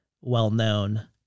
well-known